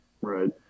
Right